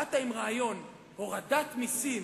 באת עם רעיון: הורדת מסים.